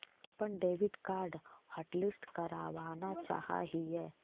हम अपन debit card hotlist करावाना चाहा हियई